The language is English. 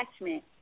attachment